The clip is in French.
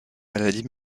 maladies